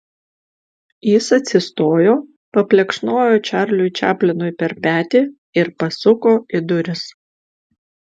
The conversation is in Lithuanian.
jis atsistojo paplekšnojo čarliui čaplinui per petį ir pasuko į duris